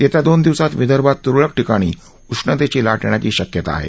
येत्या दोन दिवसात विदर्भात तुरळक ठिकाणी उष्णतेची लाट येण्याची शक्यता आहे